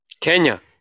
kenya